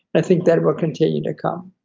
i think that will continue to come.